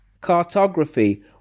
cartography